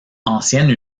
ancienne